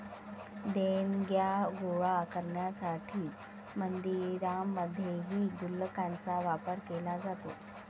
देणग्या गोळा करण्यासाठी मंदिरांमध्येही गुल्लकांचा वापर केला जातो